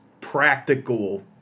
practical